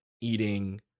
eating